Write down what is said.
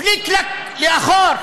פליק פלאק לאחור.